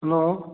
hello